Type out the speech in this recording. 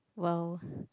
well